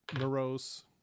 morose